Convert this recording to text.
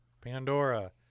Pandora